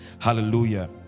Hallelujah